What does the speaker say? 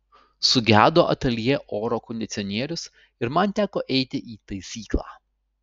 sugedo ateljė oro kondicionierius ir man teko eiti į taisyklą